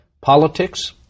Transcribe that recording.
Politics